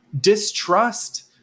distrust